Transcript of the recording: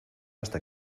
hasta